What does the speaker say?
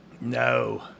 No